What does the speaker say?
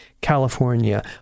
California